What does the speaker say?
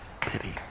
Pity